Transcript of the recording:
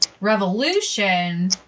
revolution